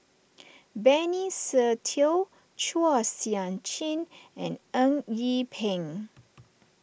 Benny Se Teo Chua Sian Chin and Eng Yee Peng